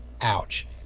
Ouch